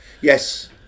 Yes